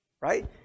right